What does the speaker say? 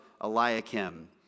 Eliakim